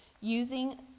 using